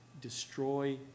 destroy